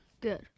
Good